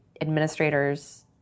administrators